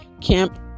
camp